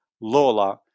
Lola